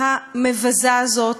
המבזה הזאת,